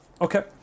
Okay